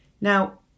Now